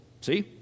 See